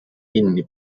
kinni